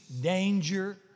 danger